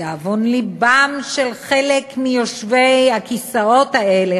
לדאבון לבם של חלק מיושבי הכיסאות האלה,